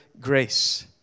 grace